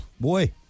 boy